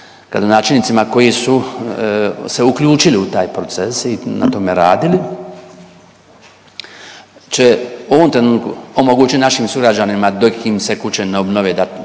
gradonačelnicima koji su se uključili u taj proces i na tome radili, će u ovom trenutku omogućit našim sugrađanima dok im se kuće ne obnove da tu